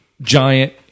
Giant